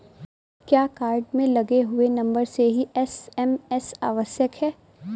क्या कार्ड में लगे हुए नंबर से ही एस.एम.एस आवश्यक है?